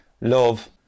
love